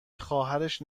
خواهرش